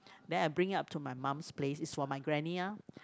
then I bring up to my mum's place it's for my granny ah